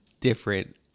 different